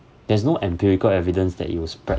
there's no empirical evidence that it will spread